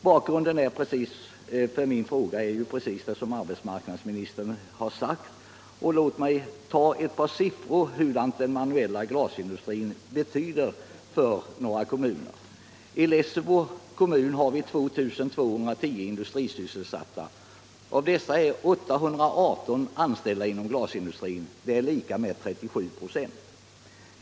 Bakgrunden för min fråga är ju precis den som arbetsmarknadsministern har angivit. Låt mig nämna ett par siffror för att visa den manuella glasindustrins betydelse för några kommuner. I Lessebo kommun finns det 2 210 industrisysselsatta. Av dessa är 818 anställda inom glasindustrin, vilket är lika med 37 96.